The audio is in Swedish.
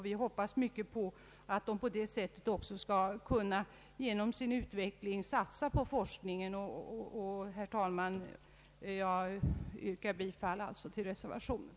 Vi hoppas också att de genom sin utveckling skall kunna satsa på ökad forskning av metoderna. Jag ber, herr talman, att få yrka bifall till reservationen.